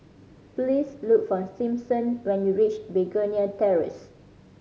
please look for Simpson when you reach Begonia Terrace